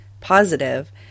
positive